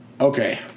Okay